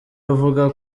avuga